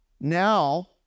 now